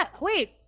Wait